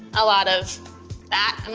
a lot of that, um